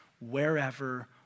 wherever